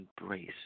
embrace